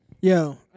Yo